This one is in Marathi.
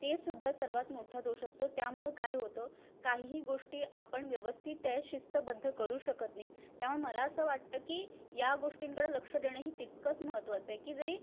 तेसुद्धा सर्वांत मोठा दोष असतो त्यामुळं काय होतं काहीही गोष्टी आपण व्यवस्थित त्या शिस्तबद्ध करू शकत नाही त्यामुळं मला असं वाटतं की या गोष्टींकडं लक्ष देणंही तितकंच महत्त्वाचं आहे की जरी